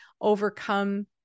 overcome